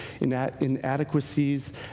inadequacies